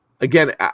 again